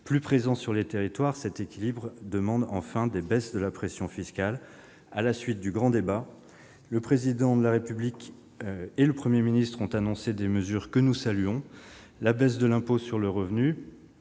plus présents sur les territoires ; cet équilibre demande, enfin, des baisses de la pression fiscale. À la suite du grand débat, le Président de la République et le Premier ministre ont annoncé des mesures, que nous avons saluées : la baisse de l'impôt sur le revenu